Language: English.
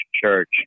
church